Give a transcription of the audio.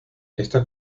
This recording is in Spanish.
esta